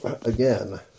again